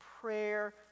prayer